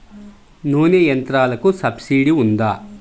నూనె యంత్రాలకు సబ్సిడీ ఉందా?